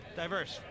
diverse